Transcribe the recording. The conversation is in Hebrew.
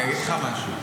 אני אגיד לך משהו,